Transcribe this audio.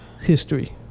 History